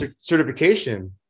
certification